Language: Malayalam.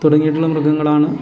തുടങ്ങിയിട്ടുള്ള മൃഗങ്ങളാണ്